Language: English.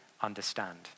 understand